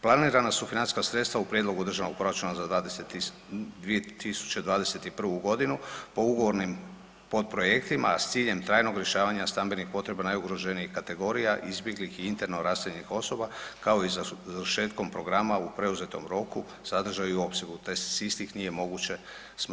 Planirana su financijska sredstva u prijedlogu državnog proračuna za 2021. godinu po ugovornim potprojektima, a s ciljem trajnog rješavanja stambenih potreba najugroženijih kategorija izbjeglih i interno raseljenih osoba kao i završetkom programa u preuzetom roku, sadržaju i opsegu te s istih nije moguće smanjivati sredstva.